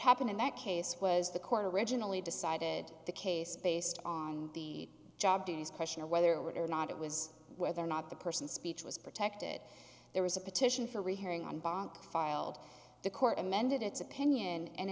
ppened in that case was the court of originally decided the case based on the job duties question of whether or not it was whether or not the person speech was protected there was a petition for rehearing on bonked filed the court amended its opinion and